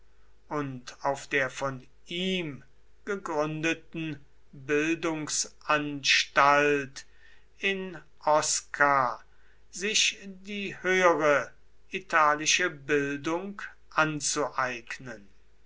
und auf der von ihm gegründeten bildungsanstalt in osca sich die höhere italische bildung anzueignen